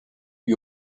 lui